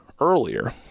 earlier